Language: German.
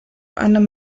einem